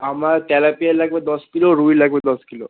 আমার তেলাপিয়া লাগবে দশ কিলো রুই লাগবে দশ কিলো